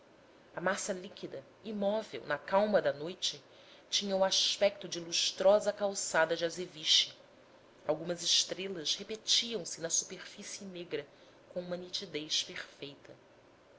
a massa liquida imóvel na calma da noite tinha o aspecto de lustrosa calçada de azeviche algumas estrelas repetiam se na superfície negra com uma nitidez perfeita